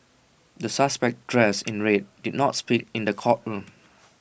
the suspect dressed in red did not speak in the courtroom